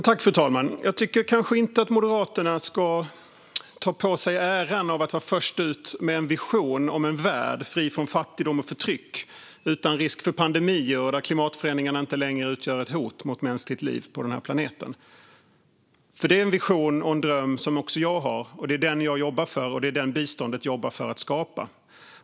Fru talman! Jag tycker kanske inte att Moderaterna ska ta åt sig äran att vara först ut med en vision om en värld fri från fattigdom och förtryck utan risk för pandemier och där klimatförändringarna inte längre utgör ett hot mot mänskligt liv på den här planeten. Det är en vision och en dröm som också jag har. Det är den jag jobbar för, och det är den biståndet jobbar för att skapa.